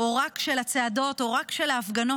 או רק של הצעדות או רק של ההפגנות,